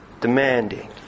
demanding